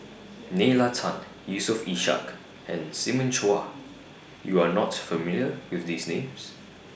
Nalla Tan Yusof Ishak and Simon Chua YOU Are not familiar with These Names